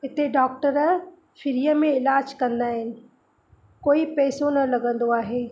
हिते डॉक्टर फ्रीअ में इलाजु कंदा आहिनि कोई पैसो न लॻंदो आहे